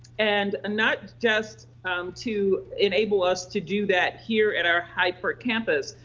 and not just to enable us to do that here at our hyde park campus,